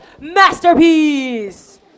Masterpiece